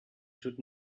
should